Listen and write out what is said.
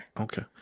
Okay